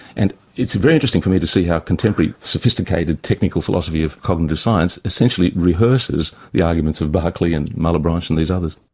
and it's very interesting for me to see how contemporary, sophisticated, technical philosophy of cognitive science essentially rehearses the arguments of berkeley and malebranche and these others.